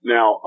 Now